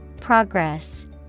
Progress